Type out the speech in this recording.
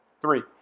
three